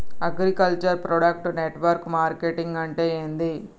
Agriculture product network marketing అంటే ఏంది?